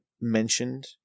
mentioned